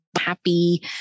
happy